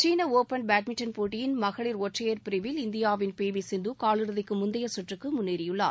சீன open badminton போட்டியின் மகளிர் ஒற்றையர் பிரிவில் இந்தியாவின் பி வி சிந்து காலிறுதிக்கு முந்தைய சுற்றுக்கு முன்னேறியுள்ளார்